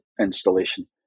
installation